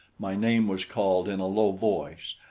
my name was called in a low voice,